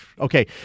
Okay